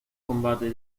combate